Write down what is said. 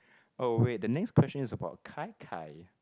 oh wait the next question is about gai gai